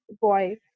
boy